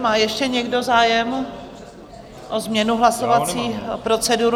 Má ještě někdo zájem o změnu hlasovací procedury?